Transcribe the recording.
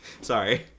sorry